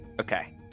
Okay